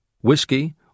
whiskey